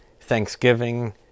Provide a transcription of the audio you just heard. thanksgiving